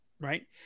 Right